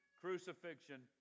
crucifixion